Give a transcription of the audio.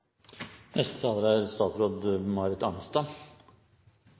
neste taler er representanten Anne Marit